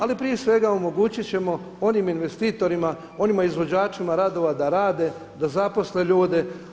Ali prije svega omogućiti ćemo onim investitorima, onim izvođačima radova da rade, da zaposle ljude.